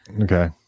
Okay